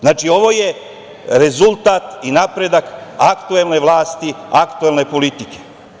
Znači, ovo je rezultat i napredak aktuelne vlasti, aktuelne politike.